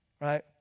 Right